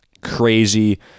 crazy